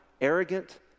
arrogant